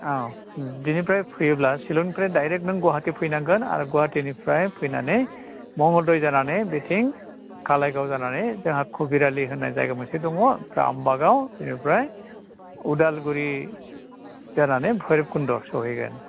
औ उम बेनिफ्राय फैयोब्ला सिलंनिफ्राय दाइरेक्ट नों गुवाहाटी फैनांगोन आरो गुवाहाटीनिफ्राय फैनानै मंगलदै जानानै बेथिं खालायगाव जानानै जोंहा कबिरआलि होननाय जायगा मोनसे दङ आमबागाव बेनिफ्राय उदालगुरि जानानै बैरब खुन्द सहैगोन